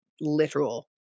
literal